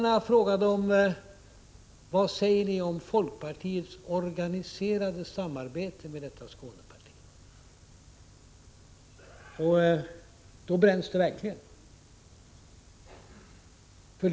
Nästa steg var frågan om folkpartiets organiserade samarbete med detta Skåneparti, och då brändes det verkligen.